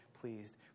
pleased